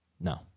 No